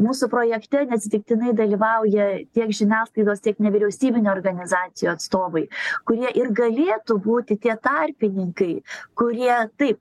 mūsų projekte neatsitiktinai dalyvauja tiek žiniasklaidos tiek nevyriausybinių organizacijų atstovai kurie ir galėtų būti tie tarpininkai kurie taip